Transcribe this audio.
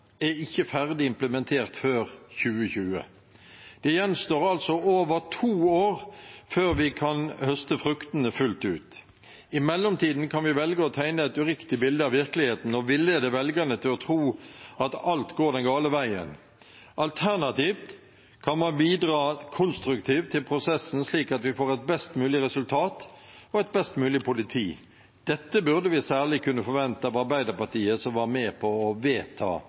er ikke ferdig implementert før 2020. Det gjenstår altså over to år før vi kan høste fruktene fullt ut. I mellomtiden kan man velge å tegne et uriktig bilde av virkeligheten og villede velgerne til å tro at alt går den gale veien, alternativt kan man bidra konstruktivt til prosessen, slik at vi får et best mulig resultat og et best mulig politi. Dette burde vi særlig kunne forvente av Arbeiderpartiet, som var med på å vedta